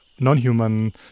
non-human